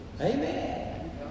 Amen